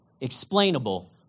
explainable